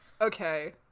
Okay